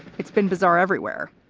it's been bizarre everywhere.